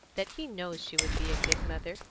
that he knows she would be a good mother,